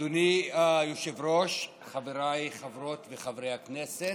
אדוני היושב-ראש, חבריי חברות וחברי הכנסת,